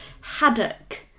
haddock